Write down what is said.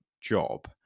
job